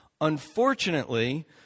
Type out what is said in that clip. Unfortunately